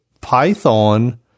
Python